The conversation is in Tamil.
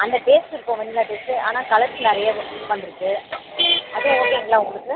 அந்த டேஸ்ட்டு இருக்கும் வெண்ணிலா டேஸ்ட்டு ஆனால் கலர்ஸ் நிறைய வ வந்திருக்கு அது ஓகேங்களா உங்களுக்கு